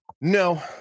No